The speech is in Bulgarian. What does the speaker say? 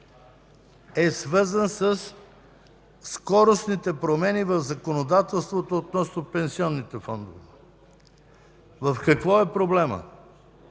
е свързан със скоростните промени в законодателството относно пенсионните фондове. В какво е проблемът?